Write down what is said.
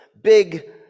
big